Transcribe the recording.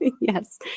Yes